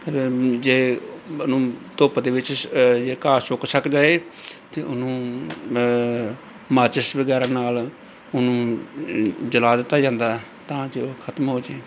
ਫਿਰ ਜੇ ਉਹਨੂੰ ਧੁੱਪ ਦੇ ਵਿੱਚ ਸ਼ ਜੇ ਘਾਹ ਸੁੱਕ ਸੱਕ ਜਾਏ ਤਾਂ ਉਹਨੂੰ ਮਾਚਿਸ ਵਗੈਰਾ ਨਾਲ ਉਹਨੂੰ ਜਲਾ ਦਿੱਤਾ ਜਾਂਦਾ ਤਾਂ ਜੋ ਖਤਮ ਹੋ ਜੇ